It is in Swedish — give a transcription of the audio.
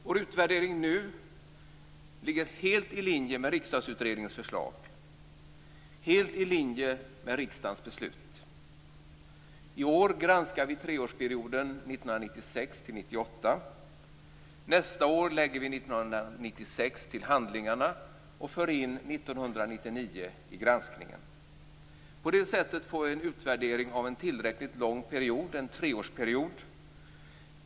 Vår utvärdering nu ligger helt i linje med Riksdagsutredningens förslag, helt i linje med riksdagens beslut. I år granskar vi treårsperioden 1996-1998. Nästa år ligger vi 1996 till handlingarna och för in 1999 in granskningen. På det sätter får vi en utvärdering av en tillräckligt lång period, en treårsperiod.